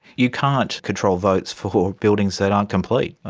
you can't control votes for buildings that aren't complete,